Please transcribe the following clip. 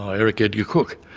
ah eric edgar cooke,